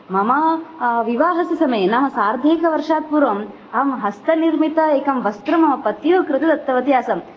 मम विवाहस्य समये नाम सार्द्धैकवर्षात् पूर्वम् अहं हस्तनिर्मित एकं वस्त्रं मम पत्युः कृते दत्तवती आसं